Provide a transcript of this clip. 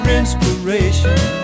inspiration